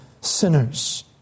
sinners